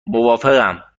موافقم